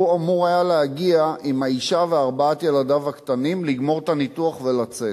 הוא אמור היה להגיע עם האשה וארבעת ילדיו הקטנים לגמור את הניתוח ולצאת.